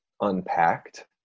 unpacked